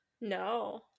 No